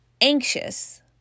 anxious